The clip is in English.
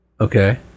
Okay